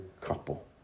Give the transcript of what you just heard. couple